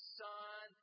sun